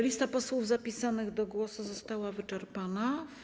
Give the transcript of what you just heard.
Lista posłów zapisanych do głosu została wyczerpana.